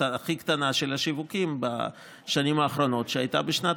הכי קטנה של שיווקים בשנים האחרונות הייתה בשנת